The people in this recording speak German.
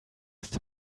ist